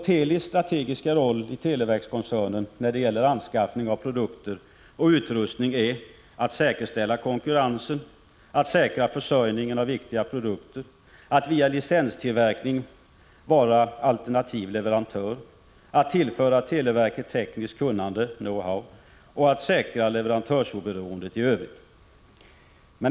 Telis strategiska roll i televerkskoncernen när det gäller anskaffning av produkter och utrustning är att säkerställa konkurrensen, att säkra försörjningen av viktiga produkter, att via licenstillverkning vara alternativ leverantör, att tillföra televerket tekniskt kunnande — know-how — och att säkra leverantörsoberoendet i övrigt.